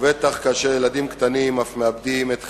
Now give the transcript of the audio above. ובטח כאשר ילדים קטנים אף מאבדים את חייהם,